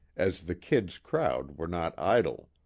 as the kid's crowd were not idle.